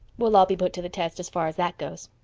we'll all be put to the test, as far as that goes.